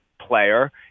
player